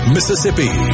Mississippi